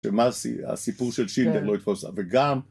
שמה הסיפור של שילדר לא יתפוס, וגם